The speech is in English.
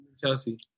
Chelsea